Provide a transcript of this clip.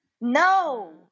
No